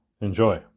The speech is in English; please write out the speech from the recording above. Enjoy